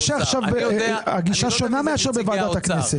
עכשיו הגישה שונה מאשר בוועדת הכנסת.